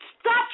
stop